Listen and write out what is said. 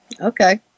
Okay